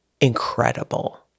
incredible